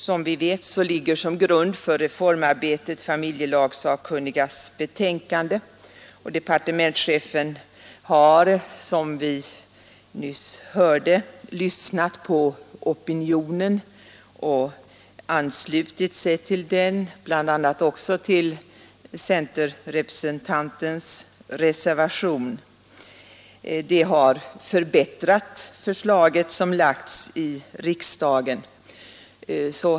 Som vi vet ligger som grund för reformarbetet familjelagssakkunnigas betänkande, och departementschefen har, som vi nyss hörde, lyssnat på opinionen och anslutit sig till den, bl.a. också till centerpartirepresentantens reservation. Detta har förbättrat det förslag som lagts fram för riksdagen.